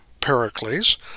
Pericles